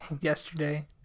yesterday